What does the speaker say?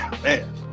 Man